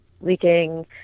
leaking